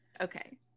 Okay